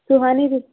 ಸುಹಾನಿ ರೀ